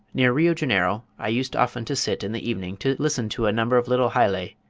near rio janeiro i used often to sit in the evening to listen to a number of little hylae,